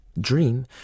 Dream